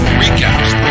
recaps